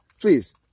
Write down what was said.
please